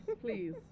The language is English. please